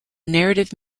narrative